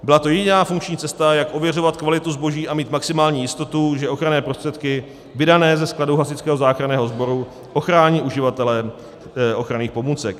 Byla to jediná funkční cesta, jak ověřovat kvalitu zboží a mít maximální jistotu, že ochranné prostředky vydané ze skladu Hasičského záchranného sboru ochrání uživatele ochranných pomůcek.